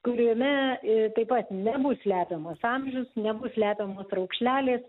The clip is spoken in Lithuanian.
kuriame i taip pat nebus slepiamas amžius nebus slepiamos raukšlelės